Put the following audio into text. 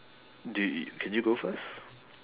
do y~ can you go first